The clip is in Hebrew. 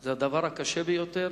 זה הדבר הקשה ביותר.